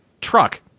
truck